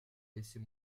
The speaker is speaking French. laissez